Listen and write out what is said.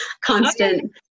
constant